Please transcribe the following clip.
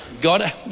God